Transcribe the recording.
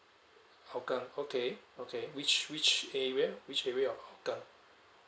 hougang okay okay which which area which area of hougang